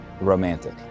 Romantic